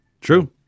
True